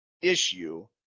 issue